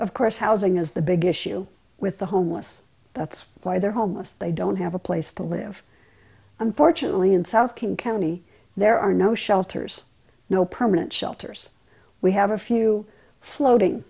of course housing is the big issue with the homeless that's why they're homeless they don't have a place to live unfortunately in south king county there are no shelters no permanent shelters we have a few floating